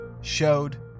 showed